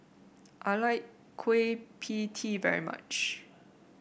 I like Kueh P Tee very much